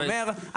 אני אומר,